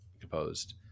composed